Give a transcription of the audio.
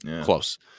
close